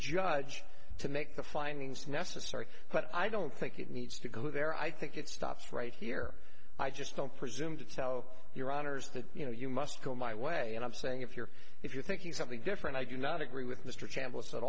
judge to make the findings necessary but i don't think it needs to go there i think it stops right here i just don't presume to tell your honour's that you know you must go my way and i'm saying if you're if you're thinking something different i do not agree with mr chambliss at